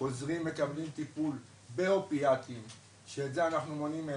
חוזרים מקבלים טיפול באופיאטים שאת זה אנחנו מונעים מהם,